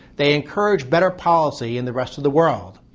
they encourage better policy in the rest of the world.